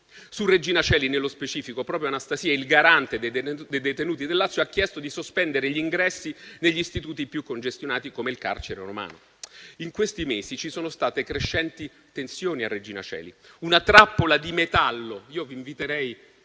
di clemenza. Stefano Anastasìa, il Garante dei detenuti del Lazio, ha chiesto di sospendere gli ingressi negli istituti più congestionati come il carcere romano. In questi mesi ci sono state crescenti tensioni a Regina Coeli: una trappola di metallo - vi inviterei